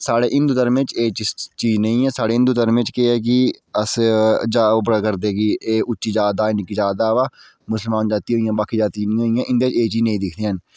साढ़े हिन्दु धर्म च एह् चीज नेईं ऐ साढ़े हिन्दु धर्म च केह् ऐ कि अस बड़ा करदे कि एह् उच्ची जात दा एह् निक्की जात दा वा मुसलमान जाती होईयां बाकी जातीं इन्नियां होईयां इंदे च एह् नेईं दिक्खदे हैन